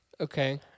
Okay